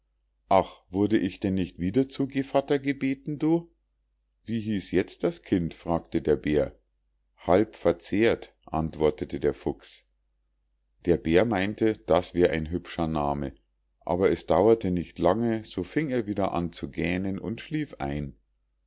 ach wurde ich denn nicht wieder zu gevatter gebeten du wie hieß jetzt das kind fragte der bär halbverzehrt antwortete der fuchs der bär meinte das wär ein hübscher name aber es dauerte nicht lange so fing er wieder an zu gähnen und schlief ein